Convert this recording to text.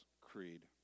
Creed